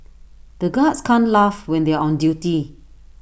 the guards can't laugh when they are on duty